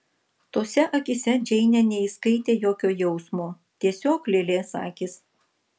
tose akyse džeinė neįskaitė jokio jausmo tiesiog lėlės akys